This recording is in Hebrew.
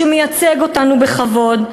שמייצג אותנו בכבוד,